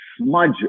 smudge